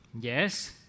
yes